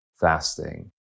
fasting